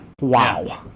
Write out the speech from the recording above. Wow